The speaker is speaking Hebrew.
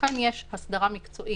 לכן יש הסדרה מקצועית.